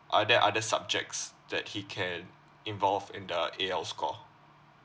are there other subjects that he can involve in the A_L score